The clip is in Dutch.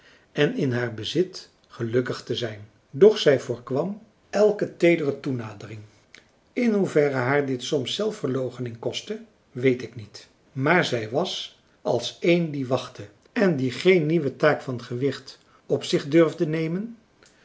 en in haar bezit gelukkig te zijn doch zij voorkwam elke teedere toenadering in hoeverre haar dit soms zelfverloochening kostte weet ik niet maar zij was als een die wachtte en die geen nieuwe taak van gewicht op zich durfde nemen